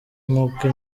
nk’uko